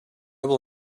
will